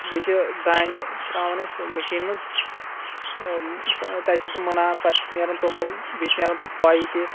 بیٚیہ چھِ دانہِ تَراوُن اسہ مِشینہِ منٛز تَتہِ چھِ سُہ مُنان پَتہٕ چھِ نِیران توٚمُل بیٚیہِ چھِ نیران تَتھ پوٚیہِ تہِ